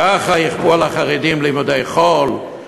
ככה יכפו על החרדים לימודי חול,